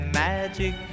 magic